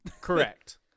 Correct